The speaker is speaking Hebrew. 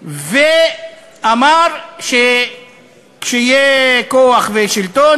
ואמר שכשיהיה כוח ושלטון,